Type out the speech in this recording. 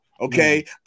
Okay